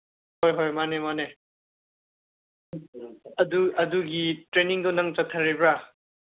ꯍꯣꯏ ꯃꯥꯅꯦ ꯃꯥꯅꯦ ꯑꯗꯨ ꯑꯗꯨꯒꯤ ꯇ꯭ꯔꯦꯅꯤꯡꯗꯨ ꯅꯪ ꯆꯠꯊꯔꯤꯕ꯭ꯔꯥ